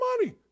money